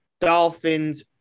Dolphins